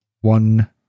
one